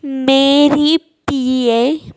Mary P A